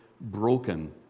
broken